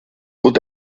wird